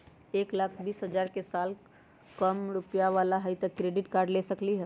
एक लाख बीस हजार के साल कम रुपयावाला भी क्रेडिट कार्ड ले सकली ह?